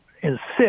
insist